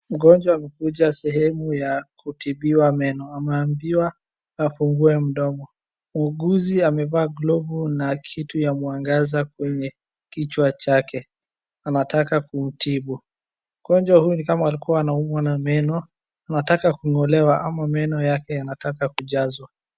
Mgonjwa amekuja sehemu ya kutibiwa meno, ameambiwa afungue mdomo. Muuguzi amevaa glovu na kitu ya mwangaza kwenye kichwa chake, anataka kumtibu. Mgonjwa huyu ni kama alikuwa anaumwa na meno anataka kung'olewa ama meno yake yanataka kujazwa.